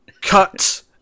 cut